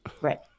Right